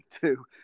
two